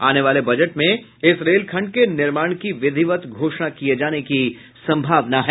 आने वाले बजट में इस रेल खंड के निर्माण की विधिवत घोषणा किये जाने की संभावना है